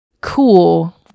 cool